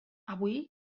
avui